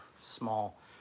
small